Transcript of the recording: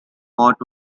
hot